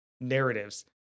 narratives